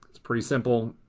it's pretty simple.